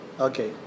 Okay